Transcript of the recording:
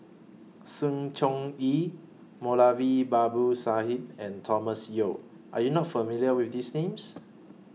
Sng Choon Yee Moulavi Babu Sahib and Thomas Yeo Are YOU not familiar with These Names